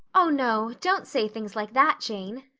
oh, no, don't say things like that, jane,